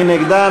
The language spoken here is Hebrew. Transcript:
מי נגדן?